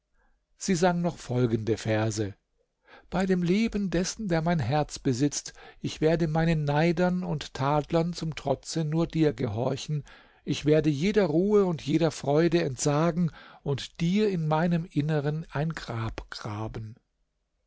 sie sang noch folgende verse bei dem leben dessen der mein herz besitzt ich werde meinen neidern und tadlern zum trotze nur dir gehorchen ich werde jeder ruhe und jeder freude entsagen und dir in meinem inneren ein grab graben